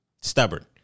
stubborn